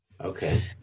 Okay